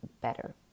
better